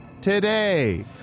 today